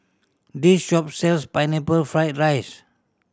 this shop sells Pineapple Fried rice